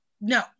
no